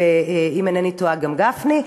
ואם אינני טועה, גם גפני.